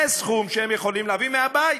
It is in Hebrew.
זה סכום שהם יכולים להביא מהבית.